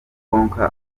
konka